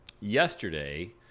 yesterday